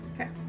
Okay